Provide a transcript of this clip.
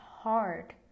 hard